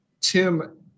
Tim